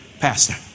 Pastor